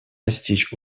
достичь